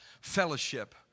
fellowship